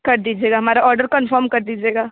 कर दीजिएगा हमारा ऑर्डर कन्फ़र्म कर दीजिएगा